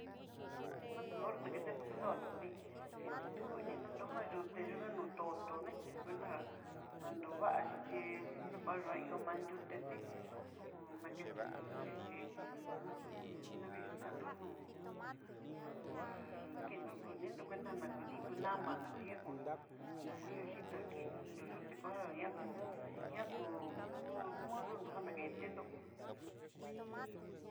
No ku orné naketenró kudonró, dí kenró ya kuninró yuté ján yunga no tó toné'e, centa já nandóvaxi chí nokuéa ihó manyutete naketennró chixí nu hú navieja kanró no'o uju kinró kuninró cuenta ná kudiku namaná, nruxhí ñajoká on ihó yitá kuiti hunrio tikuja ñakú ñakú- mudú nró jan naketenró.